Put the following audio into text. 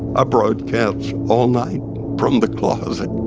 ah broadcast all night from the closet